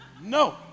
No